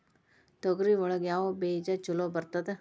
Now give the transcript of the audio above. ತೊಗರಿ ಒಳಗ ಯಾವ ಬೇಜ ಛಲೋ ಬರ್ತದ?